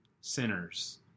sinners